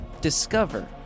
discover